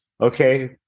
okay